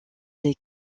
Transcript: les